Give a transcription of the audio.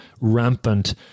rampant